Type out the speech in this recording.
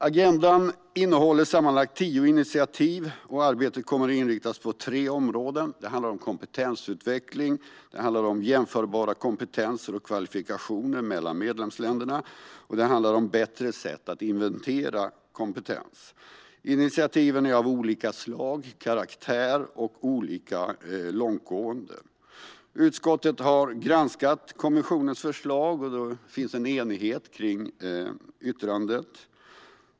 Agendan innehåller sammanlagt tio initiativ, och arbetet kommer att inriktas på tre områden: kompetensutveckling, kompetenser och kvalifikationer som är jämförbara mellan medlemsländerna och bättre sätt att inventera kompetens. Initiativen är av olika slag och karaktär och är olika långtgående. Utskottet har granskat kommissionens förslag, och det finns enighet om yttrandet.